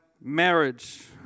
marriage